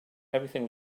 everything